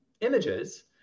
images